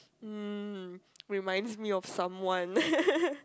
mm reminds me of someone